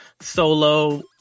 solo